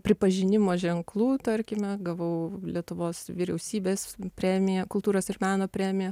pripažinimo ženklų tarkime gavau lietuvos vyriausybės premiją kultūros ir meno premiją